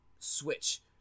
switch